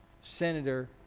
senator